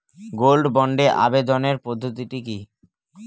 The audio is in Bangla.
গোল্ড বন্ডে আবেদনের পদ্ধতিটি কি?